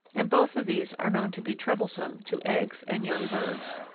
and both of these are known to be troublesome to eggs and young birds.